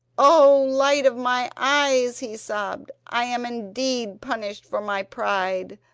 oh, light of my eyes he sobbed i am indeed punished for my pride.